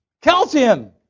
Calcium